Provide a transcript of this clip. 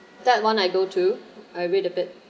that one I go to I read a bit